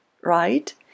right